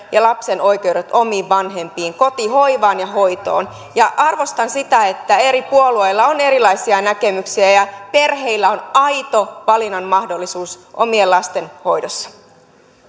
ja lapsen oikeudet omiin vanhempiin kotihoivaan ja hoitoon arvostan sitä että eri puolueilla on erilaisia näkemyksiä ja perheillä on aito valinnan mahdollisuus omien lasten hoidossa